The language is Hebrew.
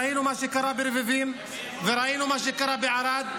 ראינו מה שקרה ברביבים וראינו מה שקרה בערד.